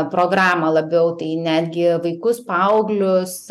programą labiau tai netgi vaikus paauglius